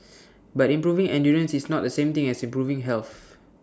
but improving endurance is not the same thing as improving health